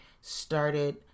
started